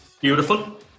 Beautiful